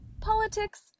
Politics